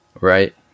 right